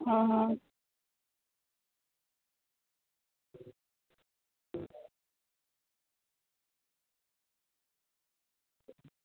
હા હા